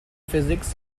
physics